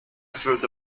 führte